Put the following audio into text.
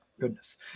goodness